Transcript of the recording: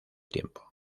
tiempo